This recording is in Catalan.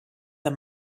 amb